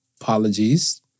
Apologies